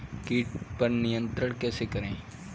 कीट पर नियंत्रण कैसे करें?